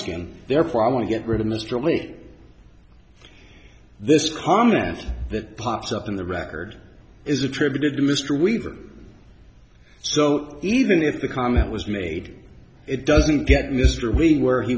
skin therefore i want to get rid of miserably this comment that pops up in the record is attributed to mr weaver so even if the comment was made it doesn't get mr wein where he